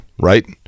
right